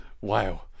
wow